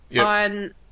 on